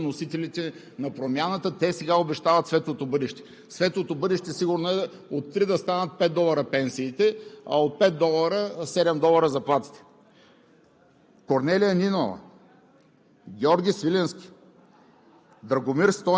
сега седят на първите банки на „БСП за България“ и всъщност те са носителите на промяната, те сега обещават светлото бъдеще. Светлото бъдеще сигурно е от три да станат пет долара пенсиите, а от пет долара – седем долара, заплатите.